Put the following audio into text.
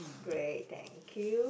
great thank you